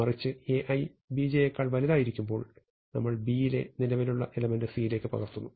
മറിച്ച് Ai Bj യെക്കാൾ വലുതായിരിക്കുമ്പോൾ നമ്മൾ B യിലെ നിലവിലെ എലമെന്റ് C യിലേക്ക് പകർത്തുന്നു